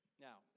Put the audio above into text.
Now